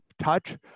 touch